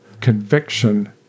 conviction